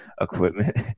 equipment